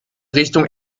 richtung